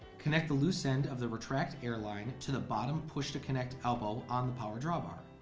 connect the loose end of the retract air line to the bottom push to connect elbow on the power drawbar.